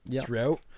throughout